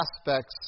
aspects